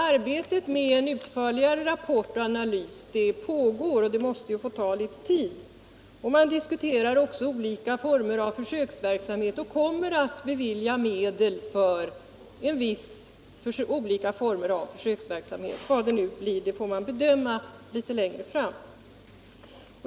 Arbetet med en utförligare rapport och analys pågår, och det måste få ta litet tid. Man diskuterar också olika former av försöksverksamhet och kommer att bevilja medel för sådan. Vilken form det blir får man bedöma längre fram.